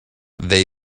they